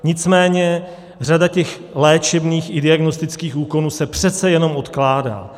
Nicméně řada těch léčebných i diagnostických úkonů se přece jenom odkládá.